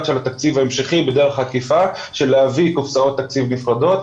של התקציב ההמשכי בדרך עקיפה של להביא קופסאות תקציב נפרדות.